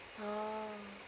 oh